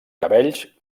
cabells